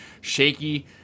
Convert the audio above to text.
shaky